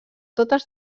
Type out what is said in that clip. totes